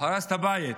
הרס את הבית.